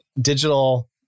digital